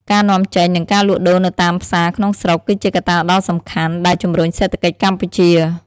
ការនាំចេញ និងការលក់ដូរនៅតាមផ្សារក្នុងស្រុក គឺជាកត្តាដ៏សំខាន់ដែលជំរុញសេដ្ឋកិច្ចកម្ពុជា។